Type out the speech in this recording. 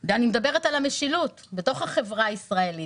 אני מדברת על המשילות בתוך החברה הישראלית.